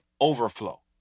overflow